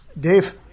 Dave